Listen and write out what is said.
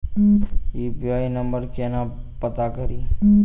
UPI number केना पत्ता कड़ी?